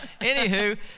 anywho